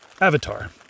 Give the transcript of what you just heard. Avatar